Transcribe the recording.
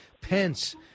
Pence